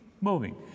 moving